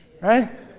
right